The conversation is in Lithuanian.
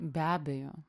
be abejo